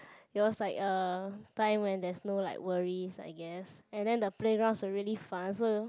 it was like a time when there's no like worries I guess and then the playgrounds were really fun so